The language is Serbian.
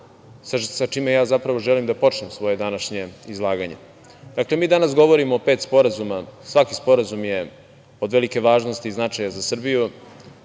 sa čime zapravo ja želim da počnem svoje današnje izlaganje. Dakle, mi danas govorimo o pet sporazuma. Svaki sporazum je od velike važnosti i značaja za Srbiju.